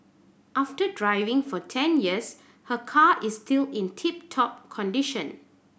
after driving for ten years her car is still in tip top condition